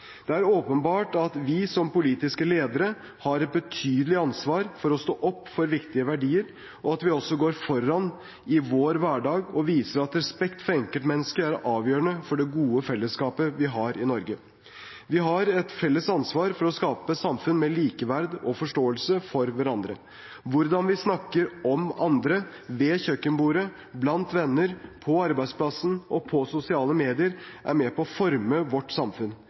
Det er åpenbart at vi som politiske ledere har et betydelig ansvar for å stå opp for viktige verdier, og at vi også går foran i vår hverdag og viser at respekt for enkeltmennesket er avgjørende for det gode fellesskapet vi har i Norge. Vi har et felles ansvar for å skape et samfunn med likeverd og forståelse for hverandre. Hvordan vi snakker om andre – ved kjøkkenbordet, blant venner, på arbeidsplassen og på sosiale medier – er med på å forme vårt samfunn.